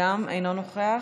גם אינו נוכח.